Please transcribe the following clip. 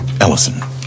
Ellison